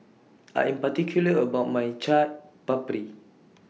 I Am particular about My Chaat Papri